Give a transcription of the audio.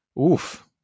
oof